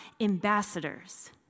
ambassadors